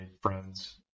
friends